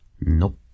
Nope